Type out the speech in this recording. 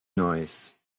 noise